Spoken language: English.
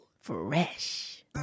Fresh